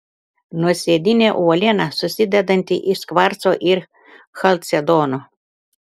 nuosėdinė uoliena susidedanti iš kvarco ir chalcedono